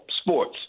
sports